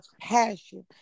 passion